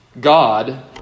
God